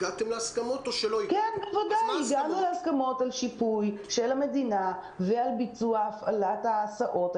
הגענו להסכמות על שיפוי של המדינה עבור הפעלת ההסעות.